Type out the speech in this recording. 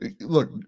Look